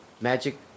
Magic